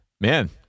Man